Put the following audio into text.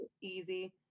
easy